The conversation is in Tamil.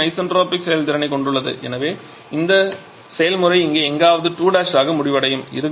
8 இன் ஐசென்ட்ரோபிக் செயல்திறனைக் கொண்டுள்ளது எனவே இந்த செயல்முறை இங்கே எங்காவது 2 ஆக முடிவடையும்